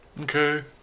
okay